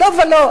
לא ולא.